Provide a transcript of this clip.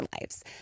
lives